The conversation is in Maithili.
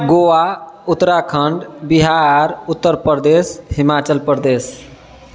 गोआ उत्तराखण्ड बिहार उत्तर प्रदेश हिमाचल प्रदेश